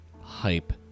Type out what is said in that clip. hype